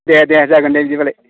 दे दे जागोन दे बिदिबालाय